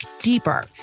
deeper